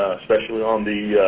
especially on the